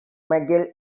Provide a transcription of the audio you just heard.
mcgill